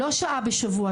לא שעה בשבוע,